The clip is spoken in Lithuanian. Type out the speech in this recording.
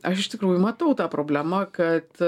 aš iš tikrųjų matau tą problemą kad